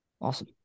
Awesome